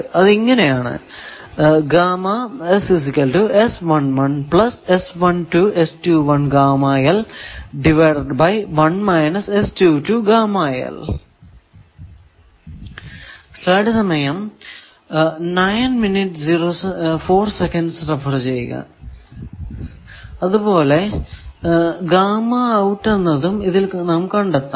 അത് ഇങ്ങനെ ആണ് അതുപോലെ എന്നതും ഇതിൽ നിന്നും കണ്ടെത്താം